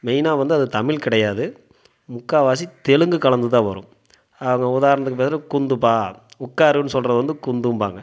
மெய்னா வந்து அது தமிழ் கிடையாது முக்கால்வாசி தெலுங்கு கலந்துதான் வரும் உதாரணத்துக்கு பார்த்திங்கன்னா குந்துப்பா உட்காருன்னு சொல்லுறது வந்து குந்தும்பங்க